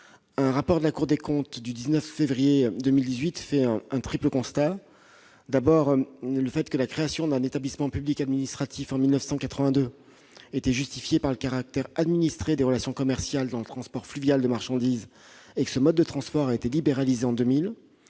février 2018 la Cour des comptes fait un triple constat : d'abord, la création d'un établissement public administratif en 1982 était justifiée par le caractère administré des relations commerciales dans le transport fluvial de marchandises, mais ce mode de transport a été libéralisé en 2000